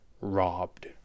robbed